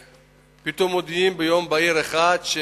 פתאום ביום בהיר אחד מודיעים: